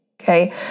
okay